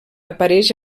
apareix